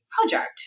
project